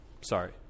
Sorry